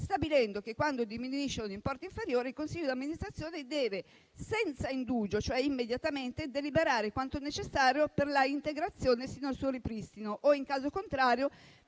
stabilendo che, quando diminuisce o è d'importo inferiore, il consiglio d'amministrazione deve deliberare senza indugio, cioè immediatamente, quanto necessario per l'integrazione sino al suo ripristino o, in caso contrario,